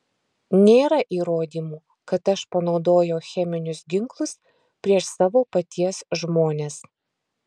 nėra įrodymų kad aš panaudojau cheminius ginklus prieš savo paties žmones